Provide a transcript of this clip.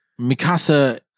Mikasa